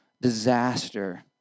disaster